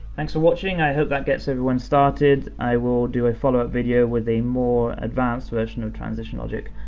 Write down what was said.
thanks for watching, i hope that gets everyone started, i will do a follow up video with a more advanced version of transition logic.